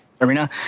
arena